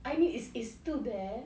I mean it's it's still there